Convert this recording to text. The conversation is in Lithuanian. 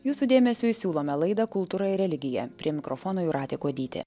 jūsų dėmesiui siūlome laidą kultūra ir religija prie mikrofono jūratė kuodytė